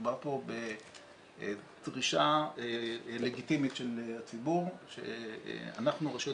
מדובר פה בדרישה לגיטימית של הציבור שאנחנו והרשויות